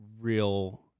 real